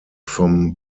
vom